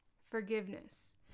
forgiveness